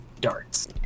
darts